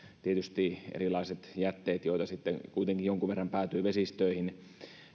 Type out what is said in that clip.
tietysti erilaiset jätteet joita kuitenkin jonkun verran päätyy vesistöihin